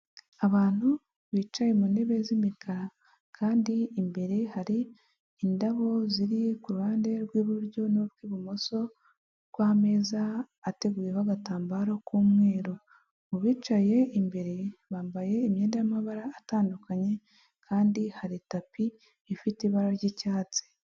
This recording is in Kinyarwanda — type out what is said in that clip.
Abantu bicaye mu ntebe z'imikara kandi imbere hari indabo ziri ku ruhande rw'iburyo n'urw'ibumoso rw'ameza ateguyeweho agatambaro k'umweru, mu bicaye imbere bambaye imyenda y'mabara atandukanye kandi hari tapi ifite ibara ry'icyatsi.